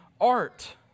art